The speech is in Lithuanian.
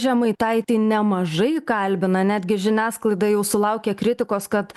žemaitaitį nemažai kalbina netgi žiniasklaida jau sulaukė kritikos kad